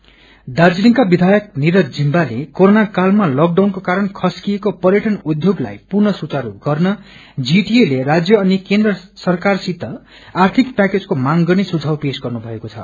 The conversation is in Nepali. टुरिज्म पैकेज दार्जीलिङका विधायक निरज जिम्बाले कोरोनाकालमा लकडाउनकोकारण खस्किएको पर्यटन उध्योगलाई पुनः सुचारू गर्न जीटिए ले राज्य अनि केन्द्र सरकारसित आर्थिक प्याकेजको मांग गर्ने सुझाव पेश गर्नुभएको छ